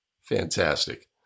Fantastic